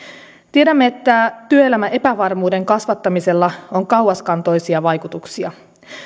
tiedämme että työelämän epävarmuuden kasvattamisella on kauaskantoisia vaikutuksia